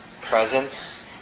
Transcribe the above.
presence